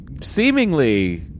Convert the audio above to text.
seemingly